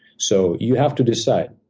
so you have to decide,